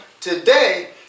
today